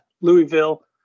Louisville